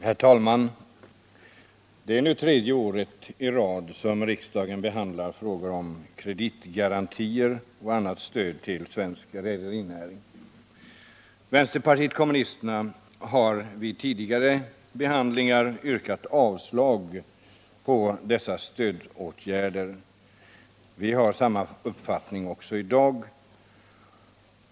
Herr talman! Det är nu tredje året i rad som riksdagen behandlar frågan om kreditgarantier och annat stöd till svensk rederinäring. Vänsterpartiet kommunisterna har vid tidigare behandlingar yrkat avslag på dessa stödåtgärder. Vi har samma uppfattning också i dag.